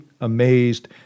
amazed